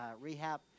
rehab